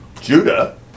Judah